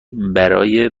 برای